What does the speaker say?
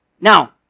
Now